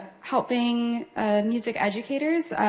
helping music educators.